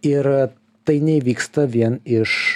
ir tai neįvyksta vien iš